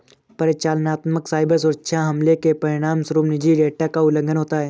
परिचालनात्मक साइबर सुरक्षा हमलों के परिणामस्वरूप निजी डेटा का उल्लंघन होता है